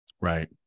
right